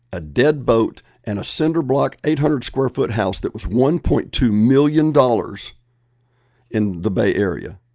a dead boat and a cinder-block eight hundred square foot house that was one point two million dollars in the bay area.